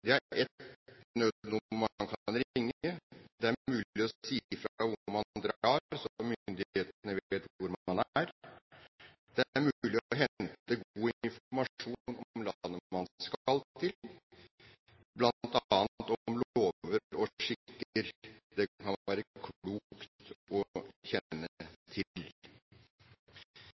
Det er ett nødnummer man kan ringe. Det er mulig å si fra hvor man drar, så myndighetene vet hvor man er. Det er mulig å hente god informasjon om landet man skal til, bl.a. om lover og skikker det kan